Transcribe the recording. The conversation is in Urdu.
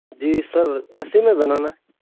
جی سر اے سی میں بنانا ہے